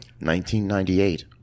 1998